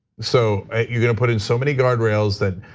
so you're gonna put in so many guardrails that,